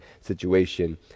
situation